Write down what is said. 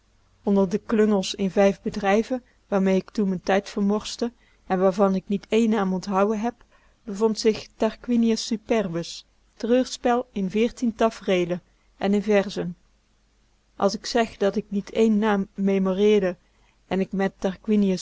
onder de klungels invijf bedrijven waarmee k toen m'n tijd vermorste en waarvan k niet één naam onthouen heb bevond zich tarquinius superbus treurspel in veertien tafreelen en in verzen als k zeg dat k niet één naam memoreerde en k met